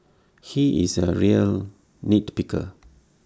he is A real nit picker